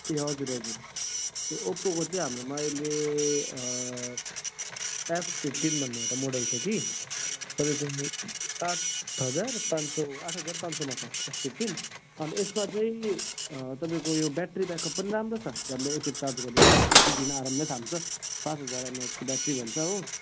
ए हजुर हजुर ए ओप्पोको चाहिँ हाम्रोमा अहिले एफ फिफ्टिन भन्ने एउटा मोडल छ कि तपाईँको यो आठ हजार पाँच सौ आठ हजार पाँच सौमा पाउँछ एफ फिफ्टिन अनि यसमा चाहिँ तपाईँको यो ब्याट्री ब्याकअप पनि राम्रो छ झन्डै एकखेप चार्ज गरेपछि अब एक दुई दिन आरामले थाम्छ पाँच हजार एमएएचको भन्छ हो